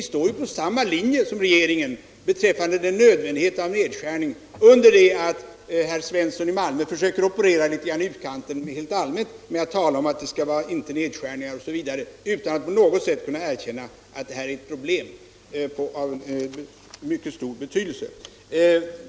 Vi står ju på samma linje som regeringen beträffande nödvändigheten av nedskärning, under det att herr Svensson i Malmö försöker operera litet grand i utkanten helt allmänt genom att tala om att det inte skall göras nedskärningar osv., utan att på något sätt kunna erkänna att det här är ett problem av mycket stor betydelse.